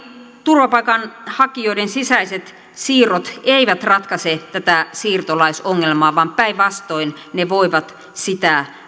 turvapaikanhakijoiden sisäiset siirrot eivät ratkaise tätä siirtolaisongelmaa vaan päinvastoin ne voivat sitä